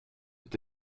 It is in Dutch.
het